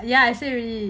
ya I say already